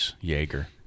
Jaeger